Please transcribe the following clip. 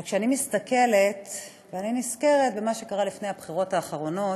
אבל כשאני מסתכלת ונזכרת במה שקרה לפני הבחירות האחרונות,